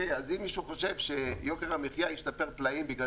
אז אם מישהו חושב שיוקר המחיה ישתפר פלאים בגלל